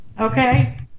Okay